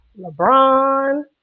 LeBron